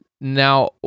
Now